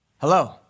Hello